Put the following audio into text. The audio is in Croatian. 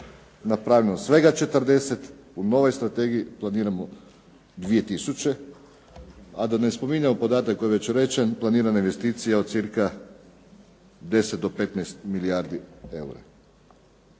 napravljeno svega 40, u novoj strategiji planiramo 2000, a da ne spominjemo podatak koji je već rečen, planirana je investicija od cca 10-15 milijardi eura.